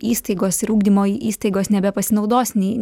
įstaigos ir ugdymo įstaigos nebepasinaudos nei